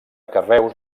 carreus